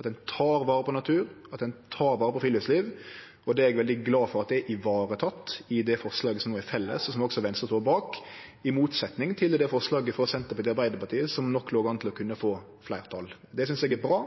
at ein tek vare på natur, at ein tek vare på friluftsliv. Det er eg veldig glad for at er vareteke i det forslaget som er felles, og som også Venstre står bak, i motsetning til forslaget frå Senterpartiet og Arbeidarpartiet, som nok låg an til å kunne få fleirtal. Det synest eg er bra.